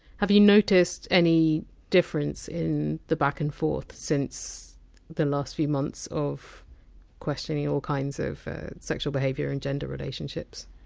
have you noticed any difference in the back and forth since the last few months of questioning all kinds of sexual behaviour and gender relationships?